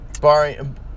Barring